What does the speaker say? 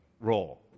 role